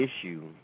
issue